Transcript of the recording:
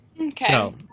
okay